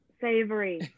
savory